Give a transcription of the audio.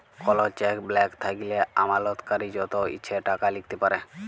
call cheque blank থ্যাইকলে আমালতকারী যত ইছে টাকা লিখতে পারে